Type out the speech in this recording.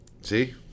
See